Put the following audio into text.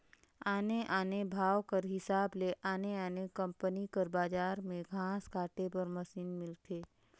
आने आने भाव कर हिसाब ले आने आने कंपनी कर बजार में घांस काटे कर मसीन मिलथे